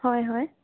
হয় হয়